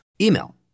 email